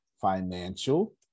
Financial